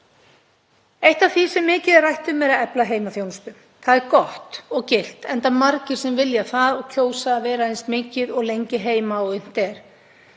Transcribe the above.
Eitt af því sem mikið er rætt um er að efla heimaþjónustu. Það er gott og gilt enda margir sem vilja það og kjósa að vera eins mikið og lengi heima og unnt